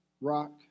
rock